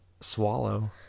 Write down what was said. swallow